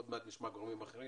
עוד מעט נשמע גורמים אחרים